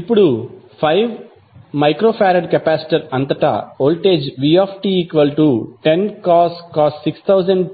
ఇప్పుడు 5 μF capacitor అంతటా voltage vt10cos 6000t V